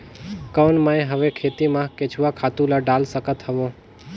कौन मैं हवे खेती मा केचुआ खातु ला डाल सकत हवो?